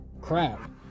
crap